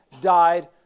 died